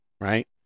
right